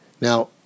Now